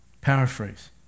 paraphrase